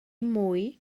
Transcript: mwy